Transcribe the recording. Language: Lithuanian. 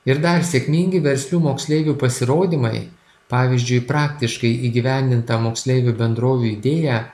ir dar sėkmingi verslių moksleivių pasirodymai pavyzdžiui praktiškai įgyvendinta moksleivių bendrovių idėja